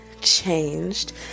changed